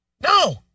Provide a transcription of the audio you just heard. no